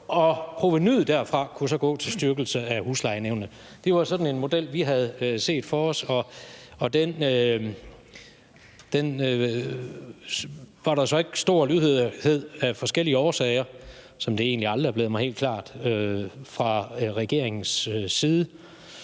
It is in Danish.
provenuet derfra kunne så gå til styrkelse af huslejenævnene. Det var sådan en model, vi havde set for os, og den var der så af forskellige årsager – hvilket aldrig er blevet mig helt klart hvorfor – ikke